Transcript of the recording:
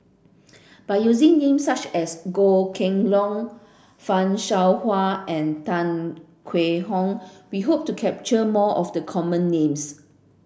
by using names such as Goh Kheng Long Fan Shao Hua and Tan Hwee Hock we hope to capture more of the common names